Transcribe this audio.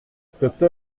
cette